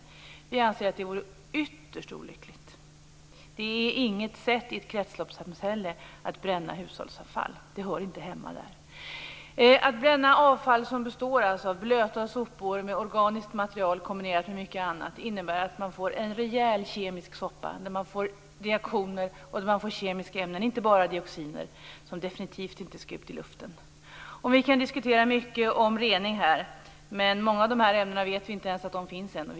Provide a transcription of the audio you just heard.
Vi i Miljöpartiet anser att det vore ytterst olyckligt. I ett kretsloppssamhälle är inte förbränning av hushållsavfall något bra sätt. Det hör inte hemma där. Att bränna avfall som består av blöta sopor och organiskt material kombinerat med mycket annat innebär att man får en rejäl kemisk soppa med reaktioner och kemiska ämnen, inte bara dioxiner, som definitivt inte skall ut i luften. Vi kan diskutera mycket om rening här, men vi vet ännu inte ens om att många av de här ämnena existerar.